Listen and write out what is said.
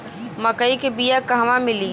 मक्कई के बिया क़हवा मिली?